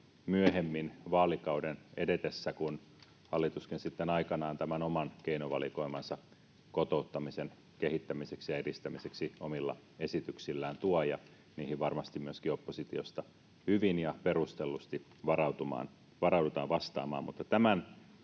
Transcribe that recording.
myöhemmin vaalikauden edetessä, kun hallituskin sitten aikanaan tämän oman keinovalikoimansa kotouttamisen kehittämiseksi ja edistämiseksi omilla esityksillään tuo, ja niihin varmasti myöskin oppositiosta hyvin ja perustellusti varaudutaan vastaamaan. Tämän